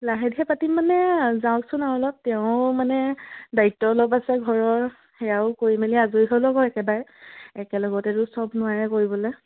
লাহে ধীৰে পাতিম মানে যাওকচোন আৰু অলপ তেওঁ মানে দায়িত্ব অলপ আছে ঘৰৰ সেয়াও কৰি মেলি আজৰি হৈ' লওক আৰু একেবাৰে একেলগতেতো চব নোৱাৰে কৰিবলৈ